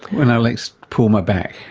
when i next pull my back?